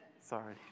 Sorry